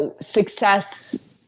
success